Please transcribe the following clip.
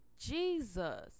jesus